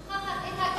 את שוכחת את הכיבוש.